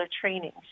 training